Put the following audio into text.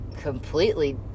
completely